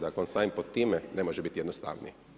Dakle, samo pod time ne može biti jednostavnije.